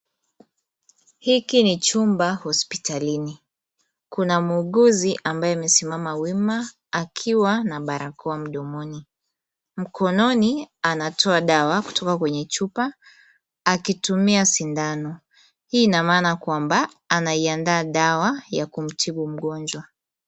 Hiki ni chumba hospitalini kuna muuguzi ambaye amesimama wima akiwa na barakoa mdomoni. Mkononi anatoa dawa kutoka kwenye chupa akitumia sindano hii ina maana kwamba anaiandaa dawa ya kumtibu mgonjwa.